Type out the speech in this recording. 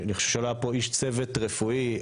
עלו פה איש צוות רפואי,